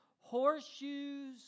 Horseshoes